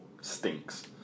stinks